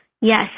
Yes